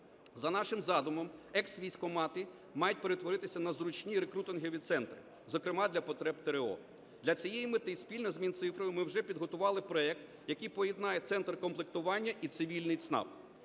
За нашим задумом ексвійськкомати мають перетворитися на зручні рекрутингові центри, зокрема для потреб ТРО. Для цієї мети спільно з Мінцифрою ми вже підготували проект, який поєднає центр комплектування і цивільний ЦНАП.